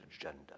agenda